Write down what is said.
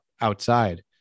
outside